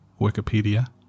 Wikipedia